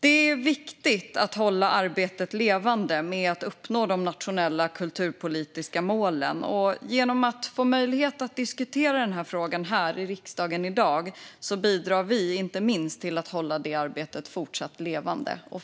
Det är viktigt att hålla arbetet med att uppnå de nationella kulturpolitiska målen levande. Genom att diskutera denna fråga här i riksdagen i dag bidrar vi inte minst till att fortsatt hålla det arbetet levande.